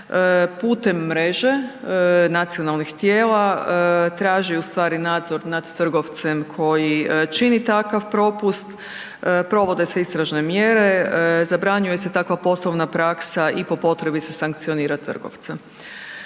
putem mreže nacionalnih tijela traži nadzor nad trgovcem koji čini takav propust, provode se istražne mjere, zabranjuje se takav poslovna praksa i po potrebi se sankcionira trgovca.